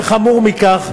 וחמור מכך,